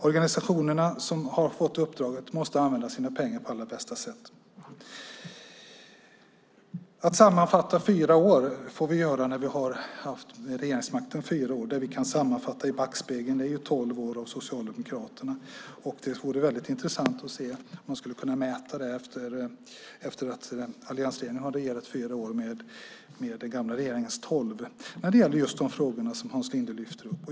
Organisationerna som har fått uppdraget måste använda sina pengar på allra bästa sätt. Sammanfatta fyra år får vi göra när vi har haft regeringsmakten i fyra år och kan titta i backspegeln. Vi hade ju tolv år med Socialdemokraterna. Det vore intressant att jämföra alliansregeringens fyra år med den gamla regeringens tolv när det gäller de frågor som Hans Linde lyfter upp.